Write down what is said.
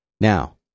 Now